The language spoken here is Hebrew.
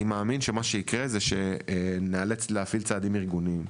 אני מאמין שמה שיקרה זה שנאלץ להפעיל צעדים ארגוניים.